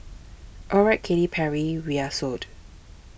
alright Katy Perry we're sold